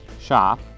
shop